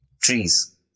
trees